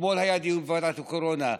אתמול היה דיון בוועדת הקורונה.